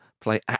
play